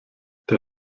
der